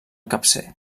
capcer